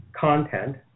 content